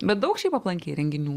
bet daug šiaip aplankei renginių